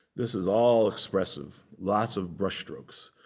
this is all expressive, lots of brush strokes.